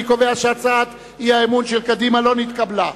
אני קובע שהצעת האי-אמון של קדימה לא נתקבלה.